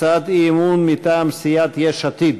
הצעת אי-אמון מטעם סיעת יש עתיד: